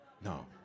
No